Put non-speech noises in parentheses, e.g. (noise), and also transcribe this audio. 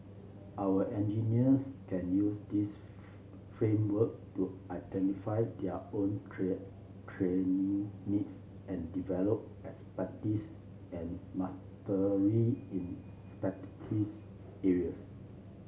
our engineers can use this (unintelligible) framework to identify their own trained training needs and develop expertise and mastery in (unintelligible) areas